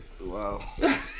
Wow